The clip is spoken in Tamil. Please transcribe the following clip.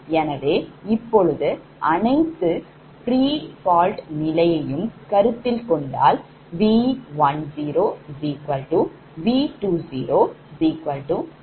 எனவே இப்போது அனைத்து prefault நிலையையும் கருத்தில் கொண்டால் V10V20V30V401